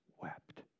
wept